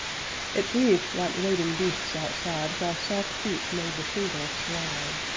it breathed like waiting beasts outside, while soft feet made the shingles slide.